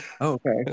okay